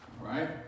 Right